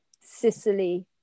Sicily